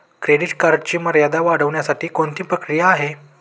Credit कार्डची मर्यादा वाढवण्यासाठी कोणती प्रक्रिया आहे?